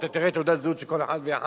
אתה תראה את תעודת הזהות של כל אחד ואחד,